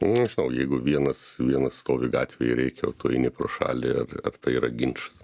nežinau jeigu vienas vienas stovi gatvėj rėkia o tu eini pro šalį ar ar tai yra ginčas